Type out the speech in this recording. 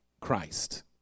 Christ